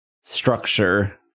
structure